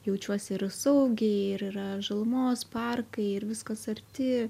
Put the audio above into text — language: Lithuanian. jaučiuosi ir saugiai ir yra žalumos parkai ir viskas arti